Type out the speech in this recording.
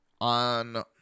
on